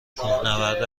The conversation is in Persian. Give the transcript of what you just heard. کوهنورد